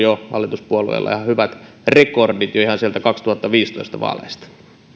hallituspuolueilla ihan hyvät rekordit jo ihan sieltä kaksituhattaviisitoista vaaleista